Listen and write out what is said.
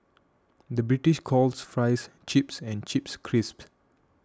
the British calls Fries Chips and Chips Crisps